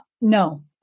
no